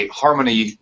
harmony